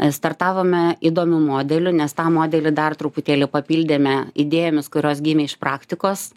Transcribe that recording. startavome įdomiu modeliu nes tą modelį dar truputėlį papildėme idėjomis kurios gimė iš praktikos